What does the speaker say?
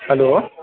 hello